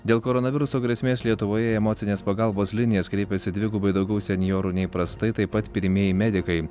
dėl koronaviruso grėsmės lietuvoje į emocinės pagalbos linijas kreipiasi dvigubai daugiau senjorų nei įprastai taip pat pirmieji medikai